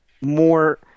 more